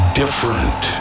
different